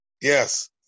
Yes